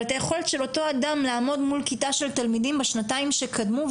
אבל את היכולת של אותו אדם לעמוד מול תלמידים בשנתיים שקדמו,